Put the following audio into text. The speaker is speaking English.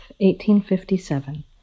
1857